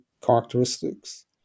characteristics